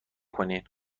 کنین